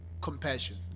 compassion